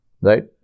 right